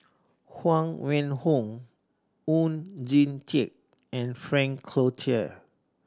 Huang Wenhong Oon Jin Teik and Frank Cloutier